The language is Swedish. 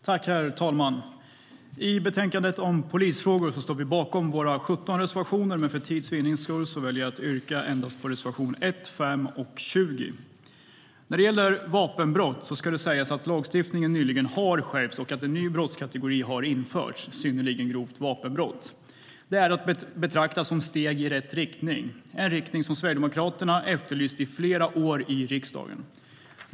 Herr talman! I betänkandet om polisfrågor står vi bakom våra 17 reservationer, men för tids vinnande väljer jag att yrka bifall endast till reservation 1, 5 och 20.När det gäller vapenbrott ska det sägas att lagstiftningen nyligen har skärpts och att en ny brottskategori införts, synnerligen grovt vapenbrott. Det är att betrakta som steg i rätt riktning, en riktning som Sverigedemokraterna efterlyst under flera år i riksdagen.